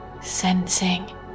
sensing